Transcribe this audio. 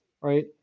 right